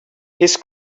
his